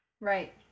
right